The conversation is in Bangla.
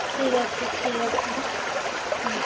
ঠিক আছে ঠিক আছে হুম